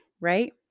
right